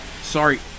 Sorry